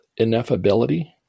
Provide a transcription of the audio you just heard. ineffability